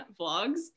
Vlogs